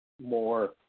more